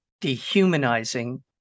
dehumanizing